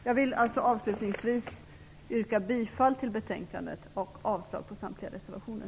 Jag vill avslutningsvis yrka bifall till utskottets hemställan och avslag på samtliga reservationer.